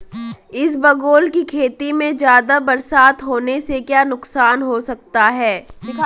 इसबगोल की खेती में ज़्यादा बरसात होने से क्या नुकसान हो सकता है?